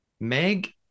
Meg